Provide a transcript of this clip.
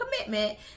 commitment